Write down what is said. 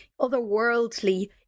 otherworldly